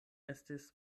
estis